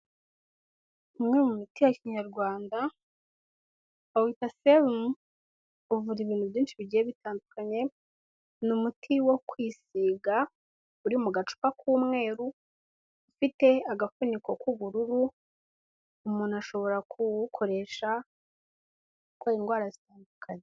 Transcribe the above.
Ni umwe mu miti ya kinyarwanda bawita selumu uvura ibintu byinshi bigiye bitandukanye ni umuti wo kwisiga uri mu gacupa k'umweru, ufite agafuniko k'ubururu, umuntu ashobora kuwukoresha kubera indwara zitandukanye.